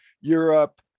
Europe